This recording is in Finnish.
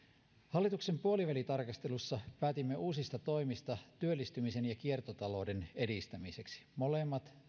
hallituksen puolivälitarkastelussa päätimme uusista toimista työllistymisen ja kiertotalouden edistämiseksi molemmat